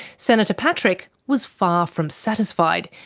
senator patrick was far from satisfied.